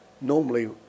normally